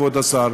כבוד השר,